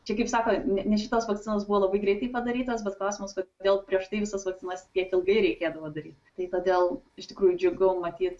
čia kaip sako ne ne šitos vakcinos buvo labai greitai padarytos bet klausimas kodėl prieš tai visas vakcinas tiek ilgai reikėdavo daryt tai todėl iš tikrųjų džiugu matyt